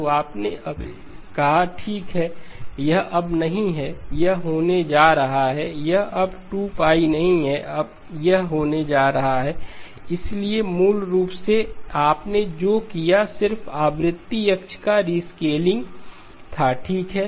तो आपने अभी कहा ठीक है यह अब नहीं है यह 5 होने जा रहा है यह अब 2 π नहीं है यह 25 होने जा रहा है इसलिए मूल रूप से आपने जो किया वह सिर्फ आवृत्ति अक्ष का रीस्केलिंग था ठीक है